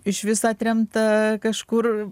išvis atremta kažkur